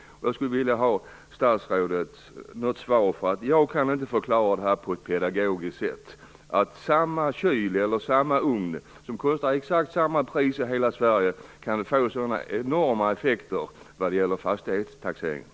Jag skulle vilja ha ett svar där, för jag kan inte på ett pedagogiskt sätt förklara att samma sorts kyl eller ugn som kostar exakt samma i hela Sverige kan få så enorma effekter vad gäller fastighetstaxeringen.